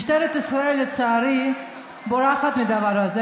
משטרת ישראל, לצערי, בורחת מהדבר הזה.